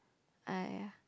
!aiya!